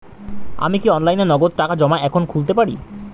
আমি কি অনলাইনে নগদ টাকা জমা এখন খুলতে পারি?